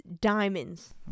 diamonds